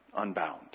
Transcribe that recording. unbound